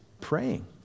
praying